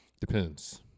Depends